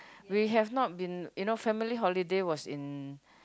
we have not been you know family holiday was in